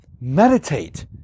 meditate